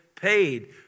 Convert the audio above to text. paid